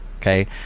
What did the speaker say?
Okay